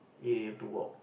area to walk